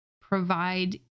provide